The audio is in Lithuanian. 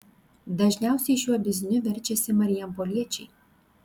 dažniausiai šiuo bizniu verčiasi marijampoliečiai